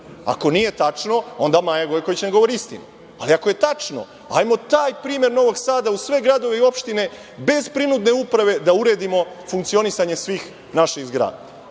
Ako nije tačno, onda Maja Gojković ne govori istinu. Ali, ako je tačno, hajmo taj primer Novog Sada u sve gradove i opštine bez prinudne uprave da uredimo funkcionisanje svih naših zgrada.